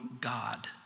God